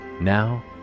now